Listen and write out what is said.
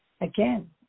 again